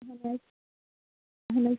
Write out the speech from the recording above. اہن حظ اہن حظ